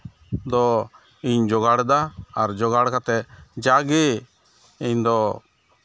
ᱫᱚ ᱤᱧ ᱡᱳᱜᱟᱲᱫᱟ ᱟᱨ ᱡᱳᱜᱟᱲ ᱠᱟᱛᱮᱫ ᱡᱟᱜᱮ ᱤᱧᱫᱚ